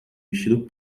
vestido